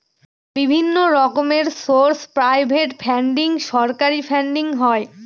বিভিন্ন রকমের source private funding, সরকারি ফান্ডিং হয়